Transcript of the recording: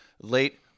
late